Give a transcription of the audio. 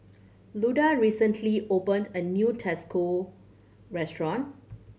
Luda recently opened a new restaurant